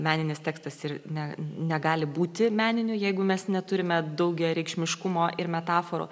meninis tekstas ir ne negali būti meniniu jeigu mes neturime daugiareikšmiškumo ir metaforų